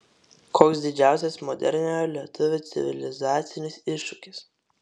koks didžiausias moderniojo lietuvio civilizacinis iššūkis